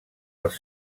els